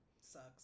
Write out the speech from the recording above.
Sucks